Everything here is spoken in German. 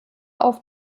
auf